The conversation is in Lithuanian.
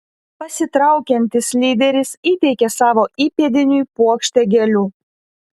pasitraukiantis lyderis įteikė savo įpėdiniui puokštę gėlių